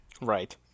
Right